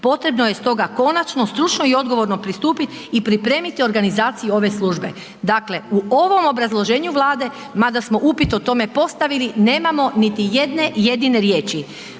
Potrebno je stoga konačno, stručno i odgovorno pristupiti i pripremiti organizaciju ove službe. Dakle u ovom obrazloženju Vlade mada smo upit o tome postavili nemamo niti jedne jedine riječi.